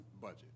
budget